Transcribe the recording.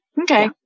Okay